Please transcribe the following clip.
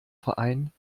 verein